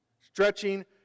Stretching